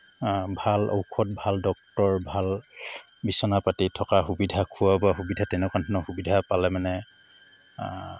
ভাল ঔষধ ভাল ডক্টৰ ভাল বিছনাপাতি থকা সুবিধা খোৱা বোৱা সুবিধা তেনেকুৱা ধৰণৰ সুবিধা পালে মানে